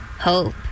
hope